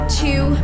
two